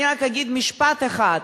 אני רק אגיד משפט אחד,